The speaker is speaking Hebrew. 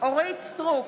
אורית מלכה סטרוק,